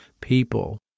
people